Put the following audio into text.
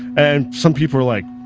and some people are like,